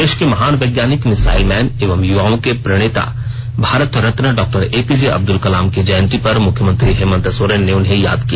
देश के महान वैज्ञानिक मिसाइल मैन एवं युवाओं के प्रणेता भारत रत्न डॉ एपीजे अब्दुल कलाम की जयंती पर मुख्यमंत्री हेमंत सोरेन ने उन्हें याद किया